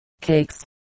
cakes